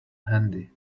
handy